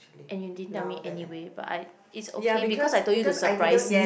and you didn't tell me anyway but I is okay because I told you to surprise me